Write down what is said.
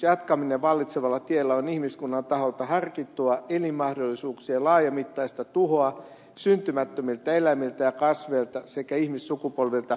jatkaminen vallitsevalla tiellä on ihmiskunnan taholta harkittua elinmahdollisuuksien laajamittaista tuhoa syntymättömiltä eläimiltä ja kasveilta sekä ihmissukupolvilta